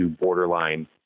borderline